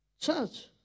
church